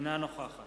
אינה נוכחת